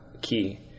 key